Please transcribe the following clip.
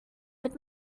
mit